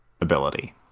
ability